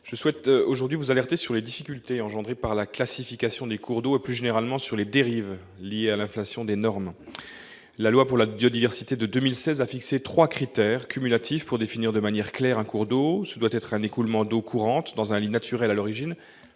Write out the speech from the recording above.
je souhaite vous alerter sur les difficultés engendrées par la classification des cours d'eau et, plus généralement, sur les dérives liées à l'inflation des normes. La loi pour la reconquête de la biodiversité de 2016 a fixé trois critères cumulatifs pour définir de manière claire un cours d'eau : ce doit être un écoulement d'eaux courantes dans un lit naturel à l'origine,